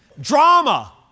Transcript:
drama